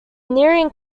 nearing